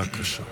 בבקשה.